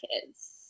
kids